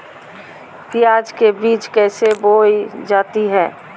प्याज के बीज कैसे बोई जाती हैं?